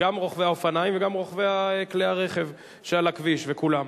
גם רוכבי האופניים וגם רוכבי כלי-הרכב שעל הכביש וכולם.